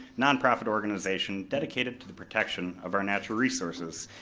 non-profit organization dedicated to the protection of our natural resources.